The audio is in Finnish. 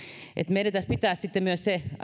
meidän pitäisi pitää sitten myös se